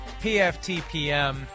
PFTPM